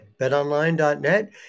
BetOnline.net